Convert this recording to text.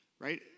Right